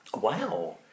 Wow